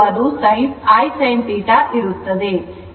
ಅದು I sin θ ಇರುತ್ತದೆ